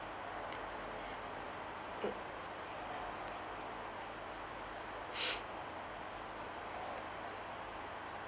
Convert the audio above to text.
mm